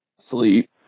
sleep